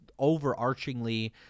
overarchingly